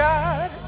God